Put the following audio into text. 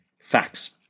Facts